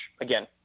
again